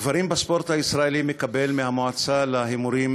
הגברים בספורט הישראלי מקבלים מהמועצה להימורים